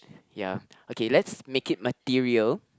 ya okay let's make it material